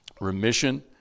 remission